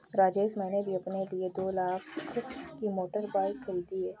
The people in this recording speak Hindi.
राजेश मैंने भी अपने लिए दो लाख की मोटर बाइक खरीदी है